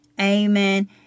Amen